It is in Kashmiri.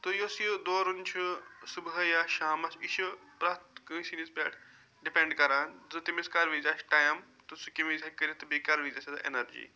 تہٕ یۄس یہِ دورُن چھُ صُبحٲے یا شامَس یہِ چھُ پرٛٮ۪تھ کٲنٛسہِ ہٕندِس پٮ۪ٹھ ڈِپینڈ کران زٕ تٔمِس کر وِز آسہِ ٹایم تہٕ سُہ کَمہِ وِز ہیٚکہِ کٔرِتھ تہٕ بیٚیہِ کر وِز آسٮ۪س ایٚنَرجی